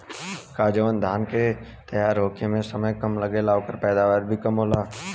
का जवन धान के तैयार होखे में समय कम लागेला ओकर पैदवार भी कम होला?